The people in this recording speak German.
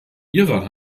ihrer